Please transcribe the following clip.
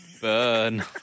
Burn